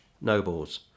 nobles